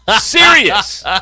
Serious